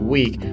Week